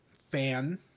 fan